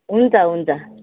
हुन्छ हुन्छ